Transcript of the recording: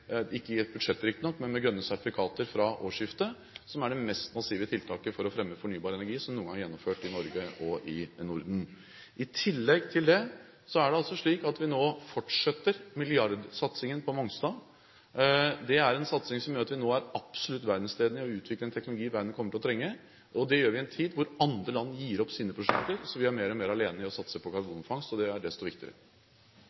ikke i et budsjett riktignok – grønne sertifikater fra årsskiftet, som er det mest massive tiltaket for å fremme fornybar energi som noen gang er gjennomført i Norge og i Norden. I tillegg til det er det altså slik at vi nå fortsetter milliardsatsingen på Mongstad. Det er en satsing som gjør at vi nå er absolutt verdensledende i å utvikle en teknologi verden kommer til å trenge. Det gjør vi i en tid da andre land gir opp sine prosjekter. Så vi er mer og mer alene om å satse på